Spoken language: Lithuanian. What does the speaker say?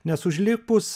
nes užlipus